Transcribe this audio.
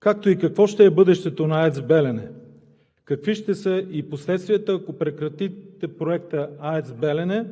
Какво ще е бъдещето на АЕЦ „Белене“? Какви ще са последствията, ако прекратите проекта АЕЦ „Белене“?